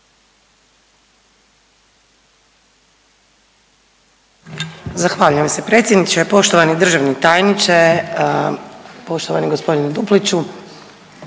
Zahvaljujem se predsjedniče. Poštovani državni tajniče, poštovani gospodine Dupliću,